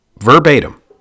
Verbatim